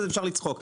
אז אפשר לצחוק.